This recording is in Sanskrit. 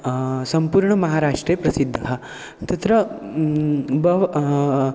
सम्पूर्णमहाराष्ट्रे प्रसिद्धः तत्र बहवः